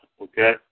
okay